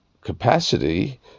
capacity